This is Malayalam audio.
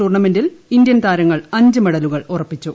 ടൂർണമെന്റിൽ ഇന്ത്യൻ താര്യങ്ങൾ അഞ്ച് മെഡലുകൾ ഉറപ്പിച്ചു